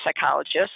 psychologist